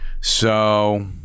So-